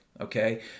okay